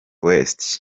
west